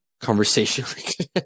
conversation